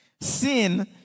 sin